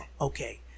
okay